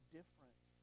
different